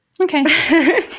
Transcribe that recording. Okay